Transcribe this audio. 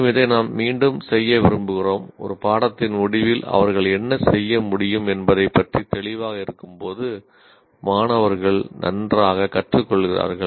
மற்றும் இதை நாம் மீண்டும் செய்ய விரும்புகிறோம் ஒரு பாடத்தின் முடிவில் அவர்கள் என்ன செய்ய முடியும் என்பதைப் பற்றி தெளிவாக இருக்கும்போது மாணவர்கள் நன்றாகக் கற்றுக்கொள்கிறார்கள்